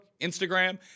Instagram